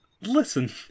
Listen